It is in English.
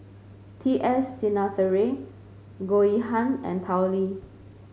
T S Sinnathuray Goh Yihan and Tao Li